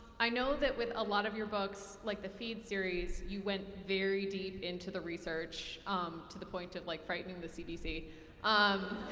i know that with a lot of your books like with the feed series you went very deep into the research to the point of like frightening the cdc um